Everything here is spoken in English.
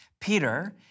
Peter